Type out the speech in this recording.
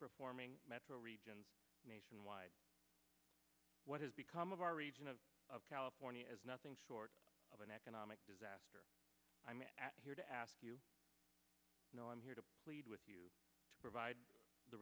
performing metro region nationwide what has become of our region of of california is nothing short of an economic disaster i'm here to ask you know i'm here to plead with you to provide the